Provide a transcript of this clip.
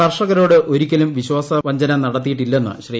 കർഷകരോട് ഒരിക്കലും വിശ്വാസവഞ്ചന നടത്തിയിട്ടില്ലെന്ന് ശ്രീ